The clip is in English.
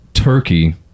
turkey